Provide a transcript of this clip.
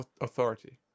Authority